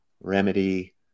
remedy